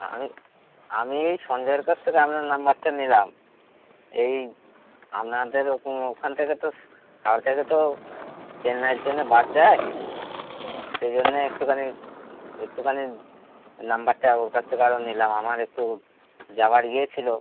আমি আমি এই সঞ্জয়ের কাছ থেকে আপনার নাম্বারটা নিলাম এই আপনাদের ওকো ওখান থেকে তো কাল থেকে তো চেন্নাইয়ের জন্য বাস যায় সেই জন্যে একটুখানি একটুখানি নাম্বারটা ওর কাছ থেকে আরো নিলাম আমার একটু যাবার ইয়ে ছিলো